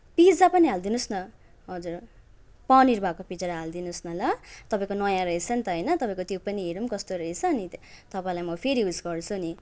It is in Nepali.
पिजा पनि हालिदिनुहोस् न हजुर पनिर भएको पिज्जा हालिदिनुहोस् न ल तपाईँको नयाँ रहेछ नि त होइन तपाईँको त्यो पनि हेरौँ कस्तो रहेछ अनि तपाईँलाई म फेरि उएस गर्छु नि